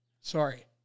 Sorry